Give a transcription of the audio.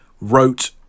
wrote